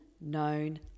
known